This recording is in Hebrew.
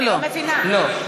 לא.